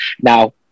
Now